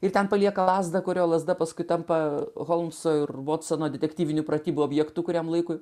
ir ten palieka lazdą kurio lazda paskui tampa holmso ir vatsono detektyvinių pratybų objektu kuriam laikui